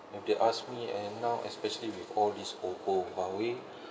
if they ask me and now especially with all these oppo huawei